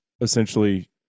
essentially